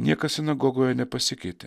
niekas sinagogoje nepasikeitė